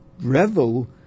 Revel